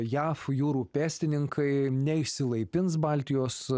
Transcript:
jav jūrų pėstininkai neišsilaipins baltijos